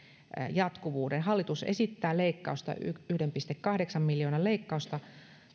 jatkuvuuden hallitus esittää yhden pilkku kahdeksan miljoonan leikkausta